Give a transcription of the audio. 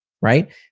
right